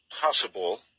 possible